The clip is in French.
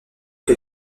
que